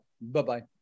Bye-bye